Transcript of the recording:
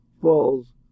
falls